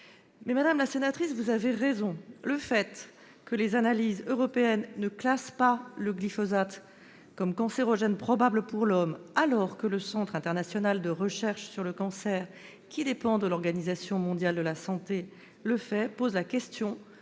Vous avez raison de le dire, le fait que les analyses européennes ne classent pas le glyphosate comme cancérogène probable pour l'homme, alors que le Centre international de recherche sur le cancer, qui dépend de l'Organisation mondiale de la santé, le fait, pose la question